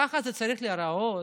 כך זה צריך להיראות?